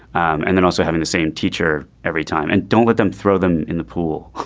and then also having the same teacher every time and don't let them throw them in the pool